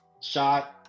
shot